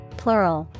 plural